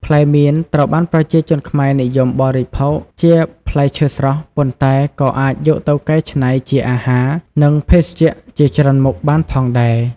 ផ្លែមៀន ត្រូវបានប្រជាជនខ្មែរនិយមបរិភោគជាផ្លែឈើស្រស់ ប៉ុន្តែក៏អាចយកទៅកែច្នៃជាអាហារ និងភេសជ្ជៈជាច្រើនមុខបានផងដែរ។